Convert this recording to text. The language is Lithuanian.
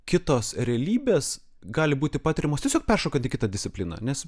kitos realybės gali būti patiriamos tiesiog peršokant į kitą discipliną nes